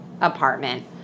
apartment